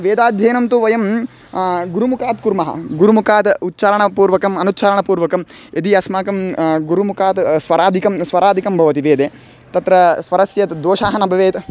वेदाध्ययनं तु वयं गुरुमुखात् कुर्मः गुरुमुखाद् उच्छारणपूर्वकम् अनुच्छारणपूर्वकं यदि अस्माकं गुरुमुखाद् स्वरादिकं स्वरादिकं भवति वेदे तत्र स्वरस्य द दोषाः न भवेयुः